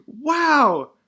Wow